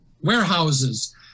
warehouses